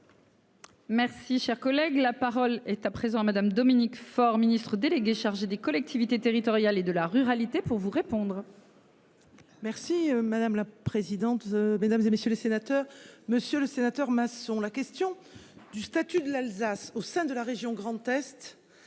Merci, cher collègue, la parole est à présent à Madame Dominique Faure Ministre délégué chargé des collectivités territoriales et de la ruralité pour vous répondre.-- Merci madame la présidente, mesdames et messieurs les sénateurs. Monsieur le sénateur Masson. La question du statut de l'Alsace au sein de la région Grand-Est